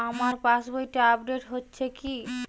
আমার পাশবইটা আপডেট হয়েছে কি?